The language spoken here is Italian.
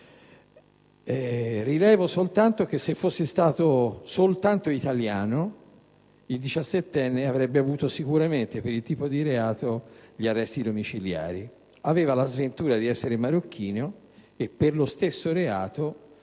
Rilevo soltanto che, se fosse stato italiano, il diciassettenne avrebbe avuto sicuramente, per quel tipo di reato, gli arresti domiciliari. Aveva la sventura di essere marocchino e per lo stesso reato